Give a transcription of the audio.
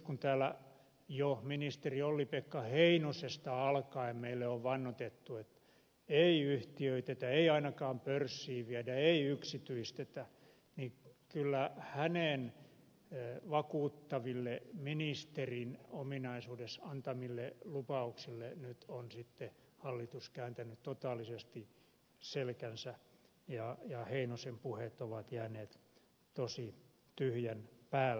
kun täällä jo ministeri olli pekka heinosesta alkaen meille on vannotettu että ei yhtiöitetä ei ainakaan pörssiin viedä ei yksityistetä niin kyllä hänen vakuuttaville ministerin ominaisuudessa antamilleen lupauksille nyt on sitten hallitus kääntänyt totaalisesti selkänsä ja heinosen puheet ovat jääneet tosi tyhjän päälle